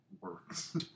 works